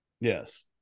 Yes